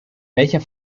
welcher